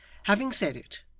having said it,